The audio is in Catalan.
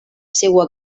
seua